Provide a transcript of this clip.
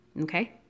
Okay